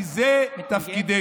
כי זה תפקידנו.